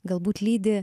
galbūt lydi